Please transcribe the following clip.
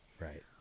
Right